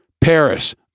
Paris